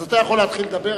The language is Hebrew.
אז אתה יכול להתחיל לדבר,